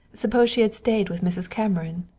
suppose she had stayed with mrs. cameron?